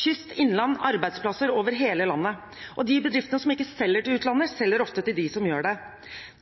Kyst og innland – det gir arbeidsplasser over hele landet. De bedriftene som ikke selger til utlandet, selger ofte til dem som gjør det.